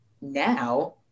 now